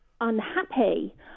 unhappy